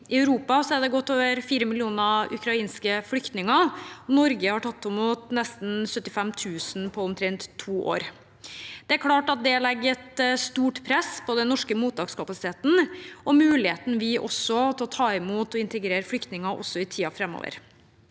I Europa er det godt over fire millioner ukrainske flyktninger. Norge har tatt imot nesten 75 000 på omtrent to år. Det er klart at det legger et stort press på den norske mottakskapasiteten og muligheten vi har til å ta imot og integrere flyktninger også i tiden framover.